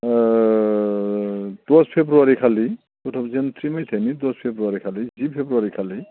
दस फेब्रुवारि खालि two thousand three मायथाइनि दस फेब्रुवारि खालि जि फेब्रुवारि खालि